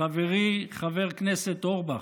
חברי חבר הכנסת אורבך,